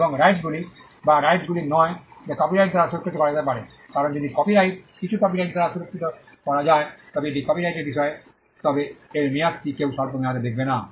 এবং এই রাইটসগুলি বা রাইটসগুলি নয় যা কপিরাইট দ্বারা সুরক্ষিত করা যেতে পারে কারণ যদি কিছু কপিরাইট দ্বারা সুরক্ষিত করা যায় তবে এটি কপিরাইটের বিষয় তবে এর মেয়াদটি কেউ স্বল্প মেয়াদে দেখবে না